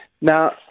Now